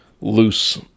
loose